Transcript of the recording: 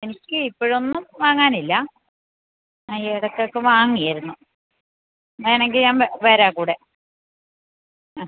എനിക്ക് ഇപ്പോഴൊന്നും വാങ്ങാനില്ല ആ ഇടക്ക് ഒക്കെ വേണമെങ്കിൽ ഞാൻ വരാം കൂടെ അ